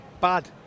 bad